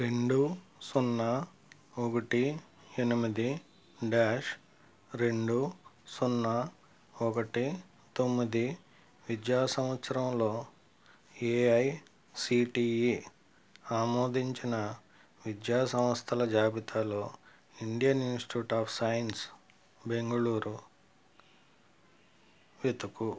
రెండు సున్నా ఒకటి ఎనిమిది డాష్ రెండు సున్నా ఒకటి తొమ్మిది విద్యా సంవత్సరంలో ఏఐసిటిఈ ఆమోదించిన విద్యా సంస్థల జాబితాలో Indian Institute of Science Bengaluru వెతుకుము